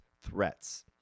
threats